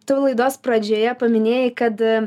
tu laidos pradžioje paminėjai kad